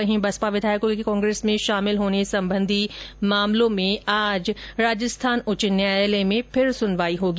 इधर बसपा विधायकों के कांग्रेस में शामिल होने संबंधी मामलों में आज राजस्थान हाईकोर्ट में फिर सुनवाई होगी